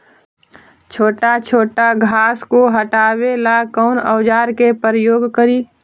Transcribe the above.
छोटा छोटा घास को हटाबे ला कौन औजार के प्रयोग करि?